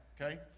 okay